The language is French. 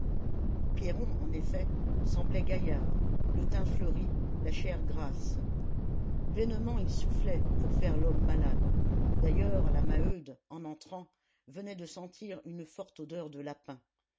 pierron en effet semblait gaillard le teint fleuri la chair grasse vainement il soufflait pour faire l'homme malade d'ailleurs la maheude en entrant venait de sentir une forte odeur de lapin